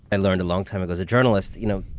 i learned a long time ago as a journalist, you know,